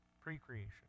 pre-creation